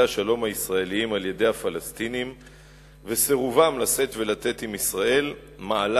השלום הישראליים על-ידי הפלסטינים וסירובם לשאת ולתת עם ישראל מעלים